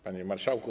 Panie Marszałku!